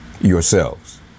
yourselves